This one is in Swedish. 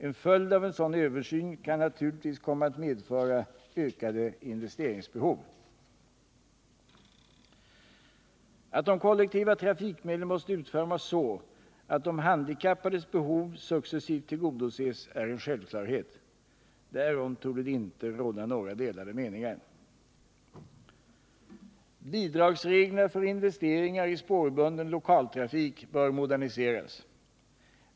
En följd av en sådan översyn kan naturligtvis komma att medföra ökade investeringsbehov. Att de kollektiva trafikmedlen måste utformas så att de handikappades behov successivt tillgodoses är en självklarhet. Därom torde det inte råda några delade meningar. Bidragsreglerna för investeringar i spårbunden lokaltrafik bör moderniseras.